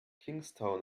kingstown